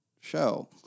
show